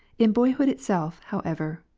in boyhood itself, however,